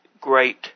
great